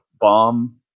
bomb